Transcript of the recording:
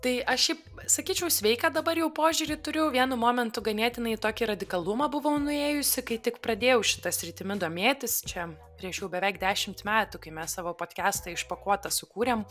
tai aš šiaip sakyčiau sveiką dabar jau požiūrį turiu vienu momentu ganėtinai į tokį radikalumą buvo nuėjusi kai tik pradėjau šita sritimi domėtis čia prieš jau beveik dešimt metų kai mes savo podkastą išpakuotą sukūrėm